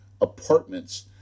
apartments